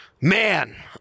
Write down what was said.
man